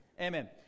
Amen